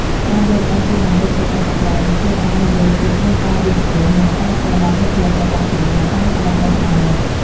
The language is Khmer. ការយល់ដឹងពីបន្ទុករបស់ស្ត្រីនឹងជួយឱ្យនិយោជកមានការយោគយល់ និងគាំទ្រដល់បុគ្គលិករបស់ខ្លួនឱ្យកាន់តែប្រសើរ។